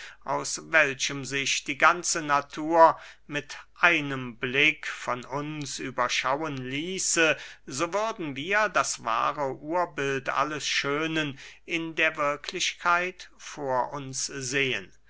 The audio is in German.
aus welchem sich die ganze natur mit einem blick von uns überschauen ließe so würden wir das wahre urbild alles schönen in der wirklichkeit vor uns sehen